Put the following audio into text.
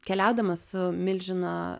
keliaudama su milžino